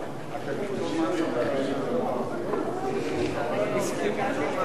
הצעת ועדת הכספים בדבר פיצול הצעת חוק לצמצום הגירעון